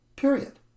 Period